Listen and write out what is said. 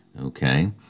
Okay